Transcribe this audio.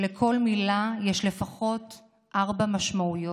שלכל מילה יש לפחות ארבע משמעויות,